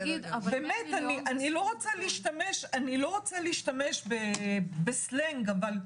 אני לא רוצה להשתמש בסלנג אבל,